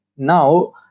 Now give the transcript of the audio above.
now